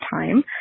time